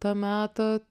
to meto